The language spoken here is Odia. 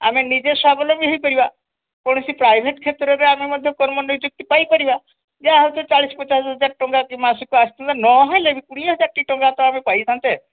ଆମେ ନିଜେ ସ୍ୱାବଲମ୍ବୀ ହେଇପାରିବା କୌଣସି ପ୍ରାଇଭେଟ୍ କ୍ଷେତ୍ରରେ ଆମେ ମଧ୍ୟ କର୍ମ ନିଯୁକ୍ତି ପାଇପାରିବା ଯାହା ହେଉ ସେ ଚାଳିଶ ପଚାଶ ହଜାର ଟଙ୍କା କି ମାସକୁ ଆସିବ ନ ହେଲେ ବି କୋଡ଼ିଏ ହଜାର ଟଙ୍କାଟି ତ ଆମେ ପାଇଥାନ୍ତେ